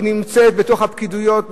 היא נמצאת בתוך הפקידויות,